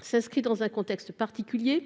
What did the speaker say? s'inscrit dans un contexte particulier :